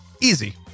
Easy